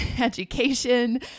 education